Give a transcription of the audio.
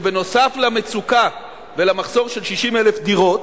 שנוסף על מצוקה ומחסור של 60,000 דירות,